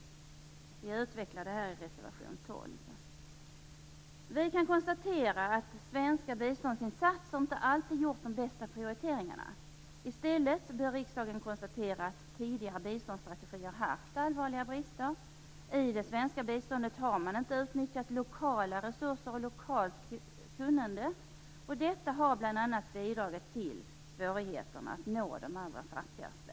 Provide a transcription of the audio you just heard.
Vi utvecklar detta i reservation 12. Vi kan konstatera att man i svenska biståndsinsatser inte alltid gjort de bästa prioriteringarna. I stället bör riksdagen konstatera att tidigare biståndsstrategier haft allvarliga brister. I det svenska biståndet har man inte utnyttjat lokala resurser och lokalt kunnande, och detta har bl.a. bidragit till svårigheterna att nå de allra fattigaste.